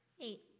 Eight